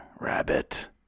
Rabbit